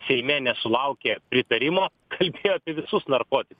seime nesulaukė pritarimo kalbėjo apie visus narkotikus